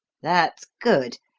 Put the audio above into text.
that's good.